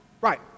Right